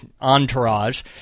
entourage